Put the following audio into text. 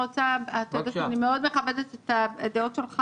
אתה יודע שאני מאוד מכבדת את הדעות שלך